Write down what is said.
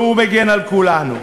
והוא מגן על כולנו.